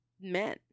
men